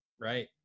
right